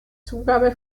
zugabe